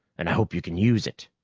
and hope you can use it.